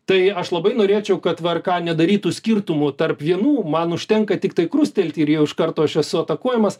tai aš labai norėčiau kad vrk nedarytų skirtumų tarp vienų man užtenka tiktai krustelti ir jau iš karto aš esu atakuojamas